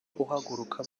uhaguruka